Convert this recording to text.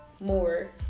more